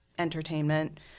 entertainment